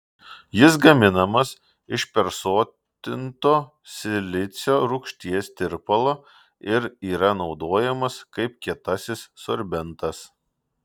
jis gaminamas iš persotinto silicio rūgšties tirpalo ir yra naudojamas kaip kietasis sorbentas